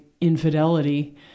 infidelity